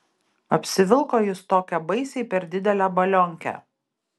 apsivilko jis tokią baisiai per didelę balionkę